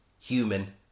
human